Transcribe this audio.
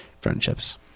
friendships